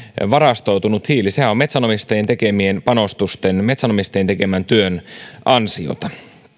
varastoitunut hiili ovat metsänomistajien tekemien panostusten metsänomistajien tekemän työn ansiota